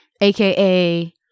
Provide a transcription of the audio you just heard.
AKA